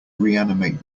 reanimate